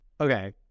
Okay